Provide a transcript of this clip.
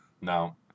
No